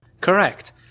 Correct